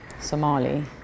Somali